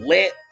Lit